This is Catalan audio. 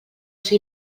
ser